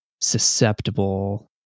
susceptible